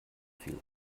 fiel